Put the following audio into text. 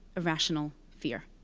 irrational fear.